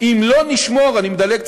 אם לא נשמור" אני מדלג קצת,